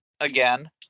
again